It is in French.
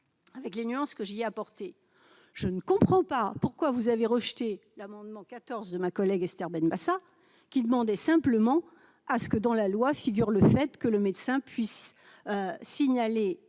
avec les nuances que j'ai apporté, je ne comprends pas pourquoi vous avez rejeté l'amendement 14 ma collègue, Esther Benbassa, qui demandait simplement à ce que dans la loi, figure le fait que le médecin puisse signaler